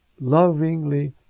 lovingly